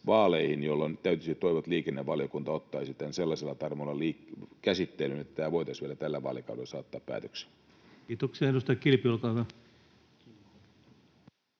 jolloin täytyy toivoa, että liikennevaliokunta ottaisi tämän sellaisella tarmolla käsittelyyn, että tämä voitaisiin vielä tällä vaalikaudella saattaa päätökseen. [Speech 51] Speaker: